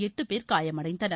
எட்டுபேர் காயமடைந்தனர்